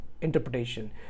interpretation